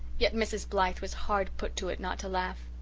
yet mrs. blythe was hard put to it not to laugh.